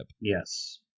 Yes